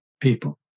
people